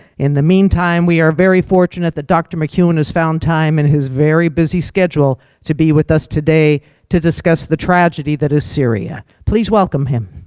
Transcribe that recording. in the meantime, we are very fortunate that dr. mccuan has found time in his very busy schedule to be with us today to discuss the tragedy that is syria. please welcome him.